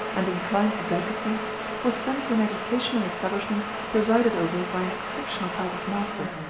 and inclined to delicacy was sent to an educational establishment presided over by an exceptional type of master.